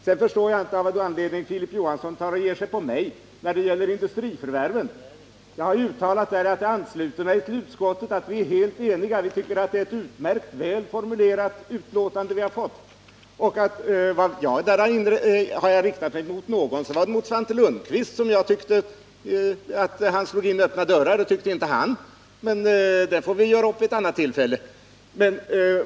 Sedan förstår jag inte av vilken anledning Filip Johansson ger sig på mig när det gäller industriförvärven. Jag har ju uttalat att jag ansluter mig till utskottets skrivning därvidlag och att vi är helt eniga. Vi tycker att det är ett utmärkt väl formulerat utlåtande vi har fått. Har jag riktat mig mot någon, så var det mot Svante Lundkvist som jag tyckte slog in öppna dörrar. Det tyckte inte han själv, men det får vi göra upp vid ett annat tillfälle.